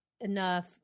enough